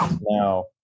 Now